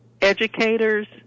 educators